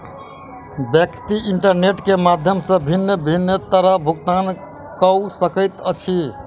व्यक्ति इंटरनेट के माध्यम सॅ भिन्न भिन्न तरहेँ भुगतान कअ सकैत अछि